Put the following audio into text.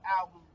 album